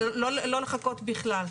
אני מצטערת, זה לא לחכות בכלל.